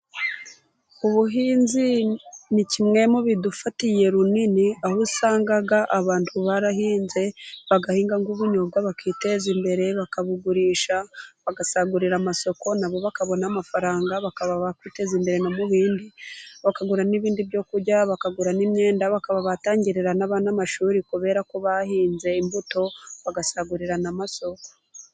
Ubuhinzi ni kimwe mu bidufitiye runini, aho usanga abantu barahinze, bagahinga nk'u bunyobwa bakiteza imbere, bakabugurisha, bagasagurira amasoko, nabo bakabona amafaranga, bakaba bakwiteza imbere no mu bindi bakagura n'ibindi byo kurya, bakagura n'imyenda, bakaba batangirira n'abana amashuri, kubera ko bahinze imbuto bagasagurira n'amasoko.